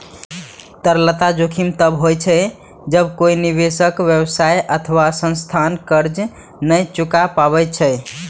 तरलता जोखिम तब होइ छै, जब कोइ निवेशक, व्यवसाय अथवा संस्थान कर्ज नै चुका पाबै छै